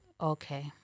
Okay